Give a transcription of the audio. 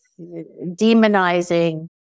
demonizing